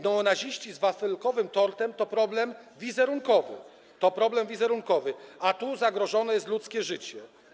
Neonaziści z wafelkowym tortem to problem wizerunkowy - to problem wizerunkowy - a tu zagrożone jest ludzkie życie.